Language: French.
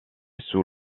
sous